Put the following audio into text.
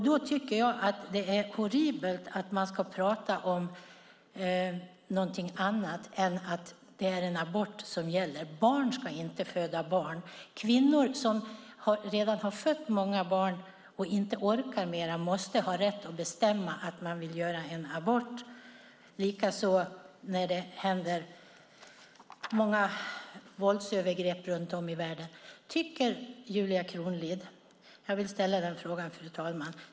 Då tycker jag att det är horribelt att prata om någonting annat än att det är abort som gäller. Barn ska inte föda barn. Kvinnor som redan har fött många barn och inte orkar mer måste ha rätt att bestämma att de vill göra abort. Det är samma sak när det gäller de många våldsövergrepp som begås runt om i världen. Jag vill ställa en fråga, fru talman.